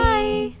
Bye